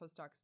postdocs